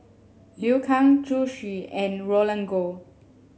Liu Kang Zhu Xu and Roland Goh